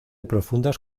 profundas